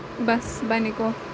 بَس بَنے کوفی